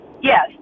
Yes